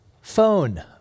phone